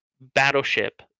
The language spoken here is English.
battleship